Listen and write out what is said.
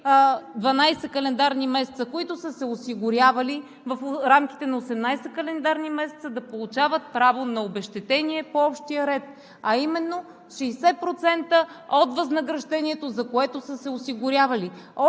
12 календарни месеца, които са се осигурявали в рамките на 18 календарни месеца, да получават право на обезщетение по общия ред, а именно 60% от възнаграждението, за което са се осигурявали.